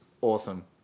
Awesome